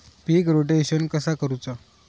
पीक rotation कसा करूचा?